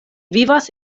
vivas